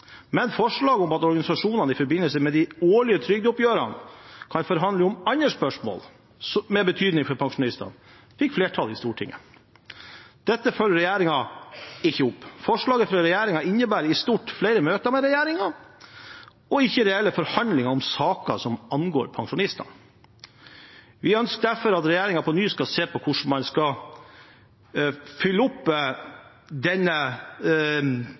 men forslaget om at organisasjonene i forbindelse med de årlige trygdeoppgjørene kan forhandle om andre spørsmål med betydning for pensjonistene, fikk flertall i Stortinget. Dette følger regjeringen ikke opp. Forslaget fra regjeringen innebærer i stort flere møter med regjeringen, ikke reelle forhandlinger om saker som angår pensjonistene. Vi ønsker derfor at regjeringen på ny skal se på hvordan man skal oppfylle denne